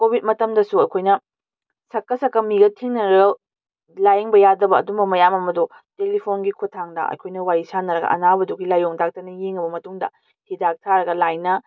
Covid ꯃꯇꯝꯗꯁꯨ ꯑꯩꯈꯣꯏꯅ ꯁꯛꯀ ꯁꯛꯀ ꯃꯤꯒ ꯊꯦꯡꯅꯔ ꯂꯥꯏꯌꯦꯡꯕ ꯌꯥꯗꯕ ꯑꯗꯨꯝꯕ ꯃꯌꯥꯝ ꯑꯃꯗꯣ ꯇꯦꯂꯤꯐꯣꯟꯒꯤ ꯈꯨꯠꯊꯥꯡꯗ ꯑꯩꯈꯣꯏꯅ ꯋꯥꯔꯤ ꯁꯥꯟꯅꯔꯒ ꯑꯅꯥꯕꯗꯨꯒꯤ ꯂꯥꯏꯑꯣꯡ ꯗꯥꯛꯇꯔꯅ ꯌꯦꯡꯉꯕ ꯃꯇꯨꯡꯗ ꯍꯤꯗꯥꯛ ꯊꯥꯔꯒ ꯂꯥꯏꯅ